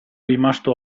rimasto